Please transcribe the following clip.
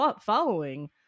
following